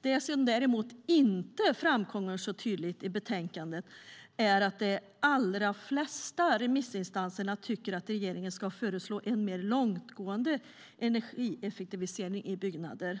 Det som däremot inte framkommer så tydligt i betänkandet är att de allra flesta remissinstanser tycker att regeringen ska föreslå en mer långtgående energieffektivisering i byggnader.